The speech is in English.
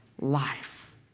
life